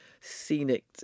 scenic